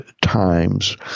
times